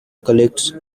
collects